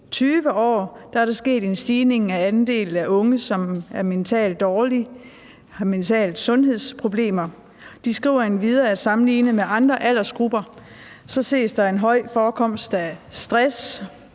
20 år er der sket en stigning i andelen af unge, som er mentalt dårlige, har mentale sundhedsproblemer. De skriver endvidere, at sammenlignet med andre aldersgrupper ses der er en høj forekomst af stress,